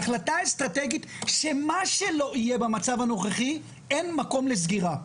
החלטה אסטרטגית שמה שלא יהיה במצב הנוכחי אין מקום לסגירה.